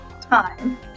time